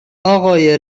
آقای